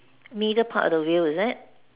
middle part of the wheel is it